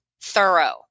thorough